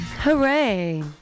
Hooray